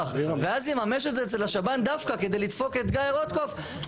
ואז יממש את זה אצל השב"ן דווקא כדי לדפוק את גיא רוטקופף,